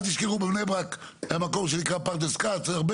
אל תשכחו בבני ברק היה מקום שנקרא פרדס כץ הרבה